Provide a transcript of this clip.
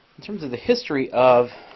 in terms of the history of